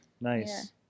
nice